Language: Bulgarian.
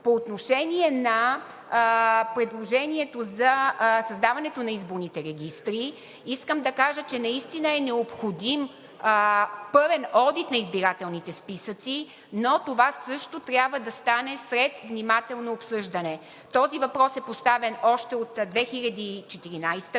По отношение на предложението за създаването на изборните регистри. Искам да кажа, че наистина е необходим пълен одит на избирателните списъци, но това също трябва да стане след внимателно обсъждане. Този въпрос е поставен още от 2014 г., но